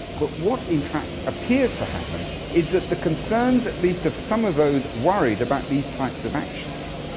but what in fact appears to happen is that the concerns at least of some of those worried about these types of actions,